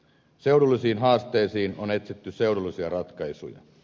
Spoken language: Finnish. seudullisiin haasteisiin on etsitty seudullisia ratkaisuja